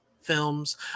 films